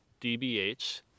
DBH